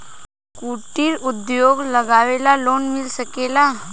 कुटिर उद्योग लगवेला लोन मिल सकेला?